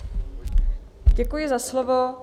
Děkuji za slovo.